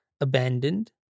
abandoned